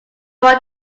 want